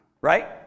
right